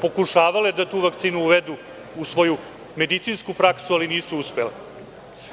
pokušavale da tu vakcinu uvedu u svoju medicinsku praksu, ali nisu uspele.